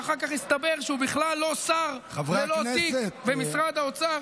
ואחר כך הסתבר שהוא בכלל לא שר ללא תיק במשרד האוצר,